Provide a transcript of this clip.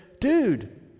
Dude